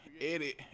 edit